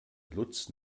lutz